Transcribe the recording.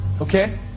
Okay